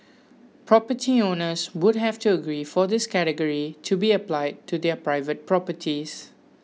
property owners would have to agree for this category to be applied to their private properties